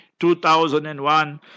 2001